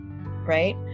right